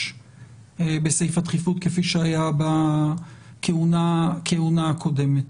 בסעיף הדחיפות כפי שהיה בכהונה הקודמת.